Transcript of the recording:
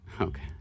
Okay